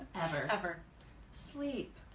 ever ever sleep!